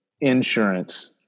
insurance